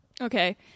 Okay